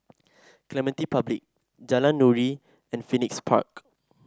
Clementi Public Jalan Nuri and Phoenix Park